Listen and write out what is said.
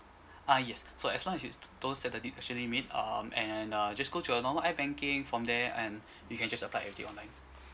ah yes so as long as you don't set the deduction limit um and uh just go to a normal ibanking from there and you can just apply everything online